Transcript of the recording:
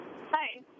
hi